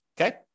Okay